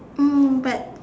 um but